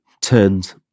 turned